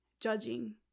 judging